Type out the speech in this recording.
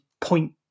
point